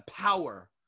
power